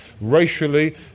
racially